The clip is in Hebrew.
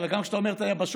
גם כשאתה אומר את היבשות,